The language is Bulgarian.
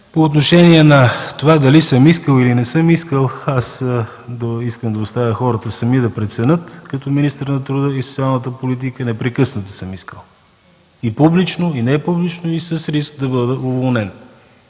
По отношение на това дали съм искал или не съм искал, искам да оставя хората сами да преценят. Като министър на труда и социалната политика непрекъснато съм искал – и публично, и непублично, и с риск да бъда уволнен